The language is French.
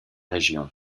région